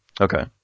Okay